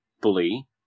bully